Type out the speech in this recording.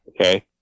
Okay